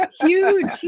Huge